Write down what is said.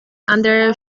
anderer